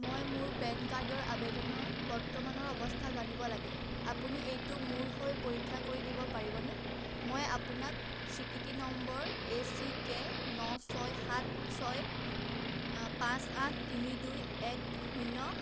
মই মোৰ পেন কাৰ্ডৰ আবেদনৰ বৰ্তমানৰ অৱস্থা জানিব লাগে আপুনি এইটো মোৰ হৈ পৰীক্ষা কৰি দিব পাৰিবনে মই আপোনাক স্বীকৃতি নম্বৰ এ চি কে ন ছয় সাত ছয় পাঁচ আঠ তিনি দুই এক শূন্য